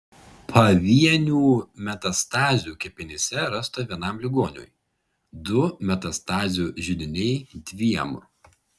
pavienių metastazių kepenyse rasta vienam ligoniui du metastazių židiniai dviem